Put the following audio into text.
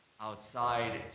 outside